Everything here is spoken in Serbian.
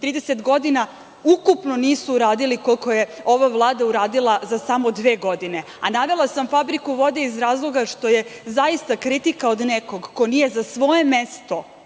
30 godina ukupno nisu uradili koliko je ova Vlada uradila za samo dve godine. A navela sam fabriku vode iz razloga što je zaista kritika od nekog ko nije za svoje mesto